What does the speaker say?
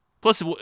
Plus